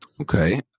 Okay